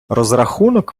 розрахунок